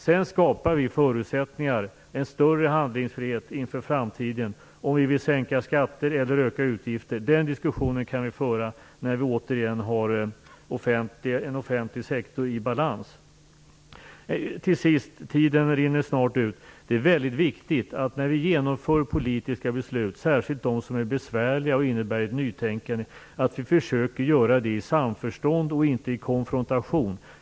Sedan skapar vi förutsättningar, en större handlingsfrihet inför framtiden - om vi då vill sänka skatter eller öka utgifter. Den diskussionen kan vi föra när vi återigen har en offentlig sektor i balans. Till sist: Det är väldigt viktigt att vi när vi genomför politiska beslut, särskilt sådana som är besvärliga och innebär ett nytänkande, försöker göra det i samförstånd och inte i konfrontation.